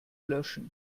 löschen